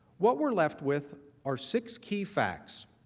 what we are left with are six key facts